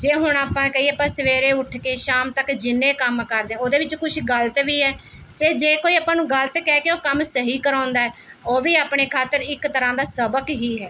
ਜੇ ਹੁਣ ਆਪਾਂ ਕਹੀਏ ਆਪਾਂ ਸਵੇਰੇ ਉੱਠ ਕੇ ਸ਼ਾਮ ਤੱਕ ਜਿੰਨੇ ਕੰਮ ਕਰਦੇ ਉਹਦੇ ਵਿੱਚ ਕੁਝ ਗ਼ਲਤ ਵੀ ਹੈ ਅਤੇ ਜੇ ਕੋਈ ਆਪਾਂ ਨੂੰ ਗ਼ਲਤ ਕਹਿ ਕੇ ਉਹ ਕੰਮ ਸਹੀ ਕਰਾਉਂਦਾ ਉਹ ਵੀ ਆਪਣੇ ਖਾਤਰ ਇੱਕ ਤਰ੍ਹਾਂ ਦਾ ਸਬਕ ਹੀ ਹੈ